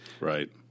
Right